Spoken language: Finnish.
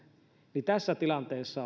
niin tässä tilanteessa